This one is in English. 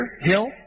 hill